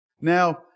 Now